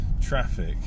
traffic